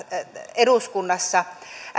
eduskunnassa